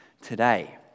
today